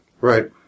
Right